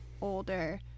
older